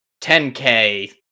10k